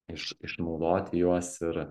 iš išnaudoti juos ir